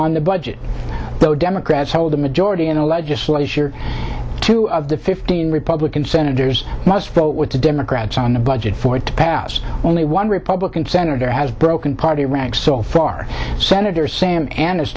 on the budget though democrats hold a majority in the legislature two of the fifteen republican senators must vote with the democrats on the budget for it to pass only one republican senator has broken party ranks so far senator sam an